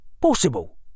possible